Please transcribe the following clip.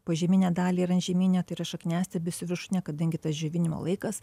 požeminę dalį ir antžeminę tai yra šakniastiebius ir viršutinę kadangi tas džiovinimo laikas